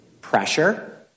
pressure